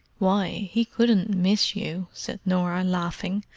why, he couldn't miss you! said norah, laughing.